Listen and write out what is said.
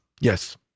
Yes